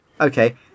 Okay